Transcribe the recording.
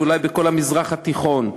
ואולי בכל המזרח התיכון.